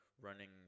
running